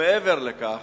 מעבר לכך